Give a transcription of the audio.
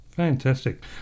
Fantastic